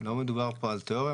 לא מדובר פה על תיאוריה,